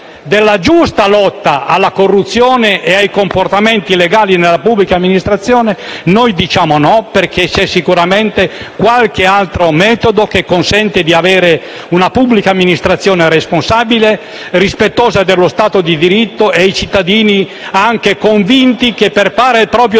della giusta lotta alla corruzione e ai comportamenti illegali nella pubblica amministrazione, noi diciamo di no, perché c'è sicuramente qualche altro metodo che consente di avere una pubblica amministrazione responsabile e rispettosa dello Stato di diritto, e dei cittadini convinti che per fare il proprio dovere